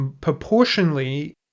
proportionally